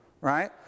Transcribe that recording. right